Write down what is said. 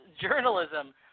journalism